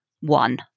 one